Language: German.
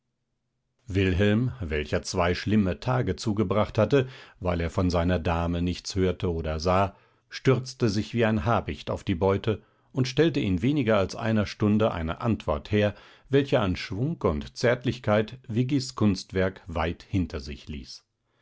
wilhelm welcher zwei schlimme tage zugebracht hatte weil er von seiner dame nichts hörte oder sah stürzte sich wie ein habicht auf die beute und stellte in weniger als einer stunde eine antwort her welche an schwung und zärtlichkeit viggis kunstwerk weit hinter sich ließ